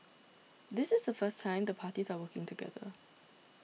this is the first time the parties are working together